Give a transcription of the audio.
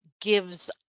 gives